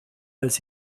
als